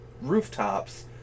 rooftops